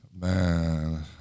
Man